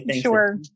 sure